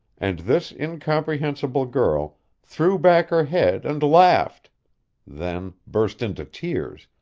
and this incomprehensible girl threw back her head and laughed then burst into tears,